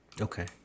Okay